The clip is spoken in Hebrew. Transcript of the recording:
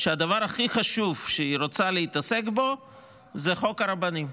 שהדבר הכי חשוב שהיא רוצה להתעסק בו זה חוק הרבנים.